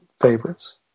favorites